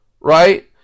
right